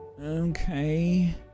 Okay